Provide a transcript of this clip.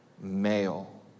Male